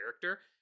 character